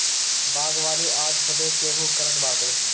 बागवानी आज सभे केहू करत बाटे